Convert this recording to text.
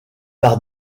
par